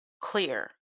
clear